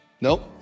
nope